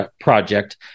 project